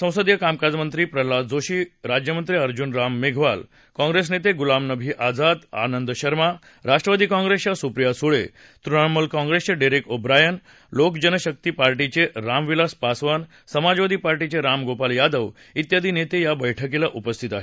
संसदीय कामकाज मंत्री प्रल्हाद जोशी राज्यमंत्री अर्जुन राम मेघवाल काँप्रेस नेते गुलाम नबी आझाद आनंद शर्मा राष्ट्रवादी कॉंप्रेसच्या सुप्रिया सुळे तृणमुल कॉंप्रेसचे डेरेक ओब्रायन लोकजनशक्ती पार्टीचे रामविलास पासवान समाजवादी पार्टीचे राम गोपाल यादव त्यादी नेते या बैठकीला उपस्थित आहेत